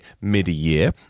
mid-year